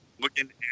looking